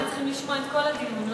הם צריכים לשמוע את כל הדיון,